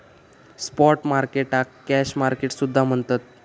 spot मार्केटाक cash market सुद्धा म्हणतत